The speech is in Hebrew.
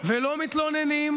ולא מתלוננים.